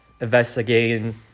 investigating